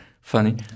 funny